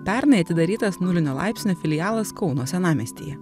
pernai atidarytas nulinio laipsnio filialas kauno senamiestyje